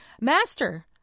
Master